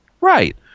Right